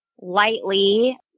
lightly